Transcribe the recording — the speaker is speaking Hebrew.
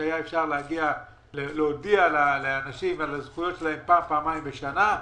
הודיע מבוטח או מוטב כאמור בסעיף קטן (א),